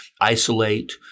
isolate